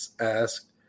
asked